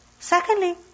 Secondly